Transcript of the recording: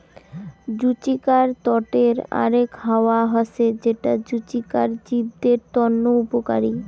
জুচিকার তটের আরাক হাওয়া হসে যেটা জুচিকার জীবদের তন্ন উপকারী